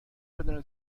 بدون